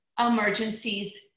emergencies